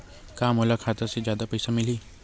का मोला खाता से जादा पईसा मिलही?